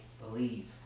believe